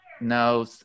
no